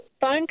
phone